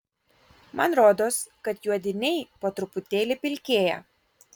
man rodos kad juodiniai po truputėlį pilkėja